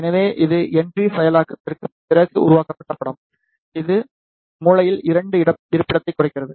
எனவே இது என்ட்ரி செயலாக்கத்திற்குப் பிறகு உருவாக்கப்பட்ட படம் இது மூளையில் 2 இருப்பிடத்தைக் குறிக்கிறது